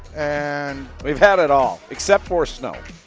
and. we have had it all except for snow.